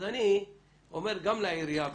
אז אני אומר גם לעירייה,